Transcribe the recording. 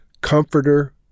comforter